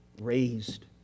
raised